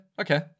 okay